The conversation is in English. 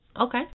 Okay